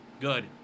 Good